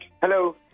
Hello